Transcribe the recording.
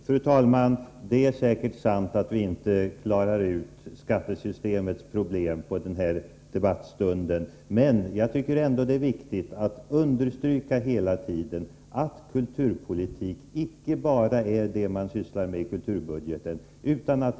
Fru talman! Det är säkert sant att vi inte klarar ut skattesystemets problem under denna debattstund, men jag tycker ändå att det är viktigt att understryka att kulturpolitik inte bara är det som man sysslar med i kulturbudgeten.